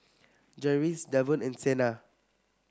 Jarvis Davon and Sena